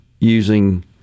using